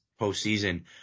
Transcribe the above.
postseason